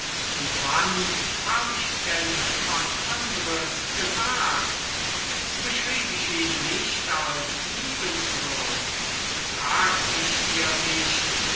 und wenn habe ich denn was anders gesagt beschrieb ich ihn nicht als liebenswürdig sagt ich dir nicht